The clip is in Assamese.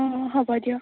অঁ হ'ব দিয়ক